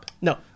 No